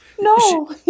No